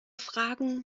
fragen